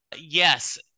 Yes